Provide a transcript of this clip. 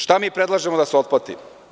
Šta mi predlažemo da se otplati?